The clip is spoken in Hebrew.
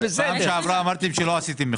בפעם שעברה אמרתם שלא עשיתם מחקר.